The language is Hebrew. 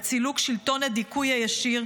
עד סילוק שלטון הדיכוי הישיר,